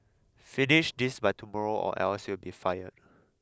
finish this by tomorrow or else you'll be fired